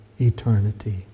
eternity